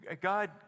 God